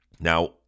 Now